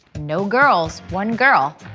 no girls. one girl.